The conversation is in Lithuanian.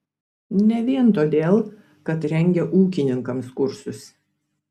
ne vien todėl kad rengia ūkininkams kursus